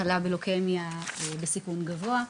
הוא חלה בלוקמיה בסיכון גבוה.